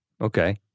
Okay